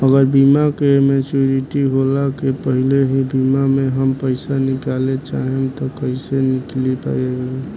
अगर बीमा के मेचूरिटि होला के पहिले ही बीच मे हम पईसा निकाले चाहेम त कइसे निकाल पायेम?